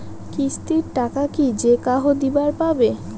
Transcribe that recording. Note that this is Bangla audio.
কিস্তির টাকা কি যেকাহো দিবার পাবে?